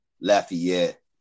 Lafayette